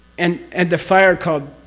and and the fire called.